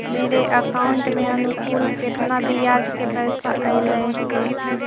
मेरे अकाउंट में अनुकुल केतना बियाज के पैसा अलैयहे?